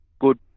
good